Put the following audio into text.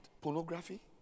Pornography